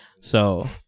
So-